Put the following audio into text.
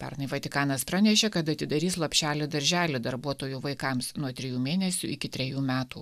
pernai vatikanas pranešė kad atidarys lopšelį darželį darbuotojų vaikams nuo trijų mėnesių iki trejų metų